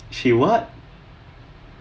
she what